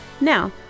Now